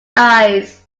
eyes